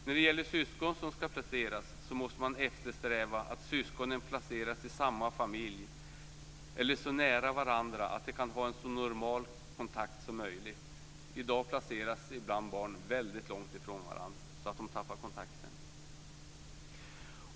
När det gäller syskon som skall placeras måste man eftersträva att syskonen placeras i samma familj eller så nära varandra att de kan ha en så normal kontakt som möjligt. I dag placeras ibland barn väldigt långt ifrån varandra så att de tappar kontakten.